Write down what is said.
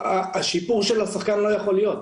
השיפור של השחקן לא יכול להיות.